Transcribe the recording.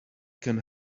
can